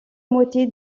moitié